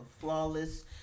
flawless